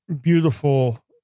beautiful